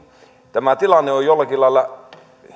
tämä tilanne on jollakin lailla